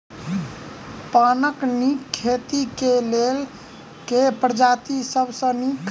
पानक नीक खेती केँ लेल केँ प्रजाति सब सऽ नीक?